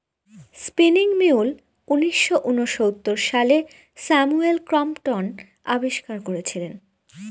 spinning mule উনিশশো ঊনসত্তর সালে স্যামুয়েল ক্রম্পটন আবিষ্কার করেছিলেন